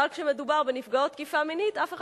אבל כשמדובר בנפגעות תקיפה מינית אף אחד